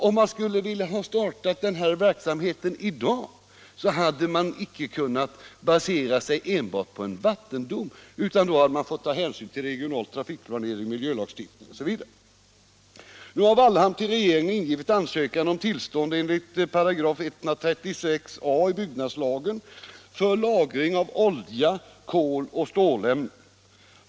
Om man skulle ha velat starta en sådan här verksamhet i dag, hade man inte kunnat basera sig enbart på en vattendom utan fått ta hänsyn till regional trafikplanering, miljöskyddslagstiftning osv. Nu har Wallhamn till regeringen ingivit en ansökan om tillstånd enligt 136 a § byggnadslagen för lagring av olja, kol och stålämnen.